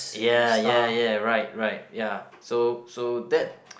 ya ya ya right right ya so so that